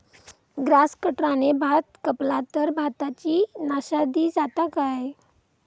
Grass कटराने भात कपला तर भाताची नाशादी जाता काय?